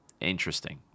Interesting